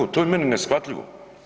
To je meni neshvatljivo.